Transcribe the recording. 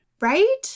Right